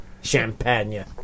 Champagne